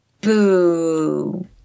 Boo